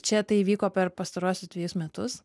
čia tai įvyko per pastaruosius dvejus metus